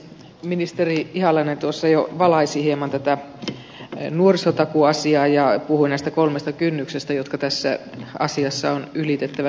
ministeri ihalainen tuossa jo valaisi hieman tätä nuorisotakuuasiaa ja puhui näistä kolmesta kynnyksestä jotka tässä asiassa on ylitettävänä